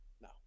No